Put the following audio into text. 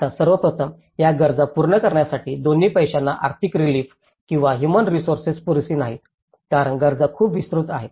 आता सर्व प्रथम या गरजा पूर्ण करण्यासाठी दोन्ही पैशांना आर्थिक रिलीफ किंवा हुमान रिसोर्सेस पुरेशी नाहीत कारण गरजा खूप विस्तृत आहेत